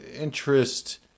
interest